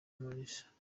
maurice